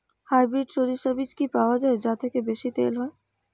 Hybrid শরিষা বীজ কি পাওয়া য়ায় যা থেকে বেশি তেল হয়?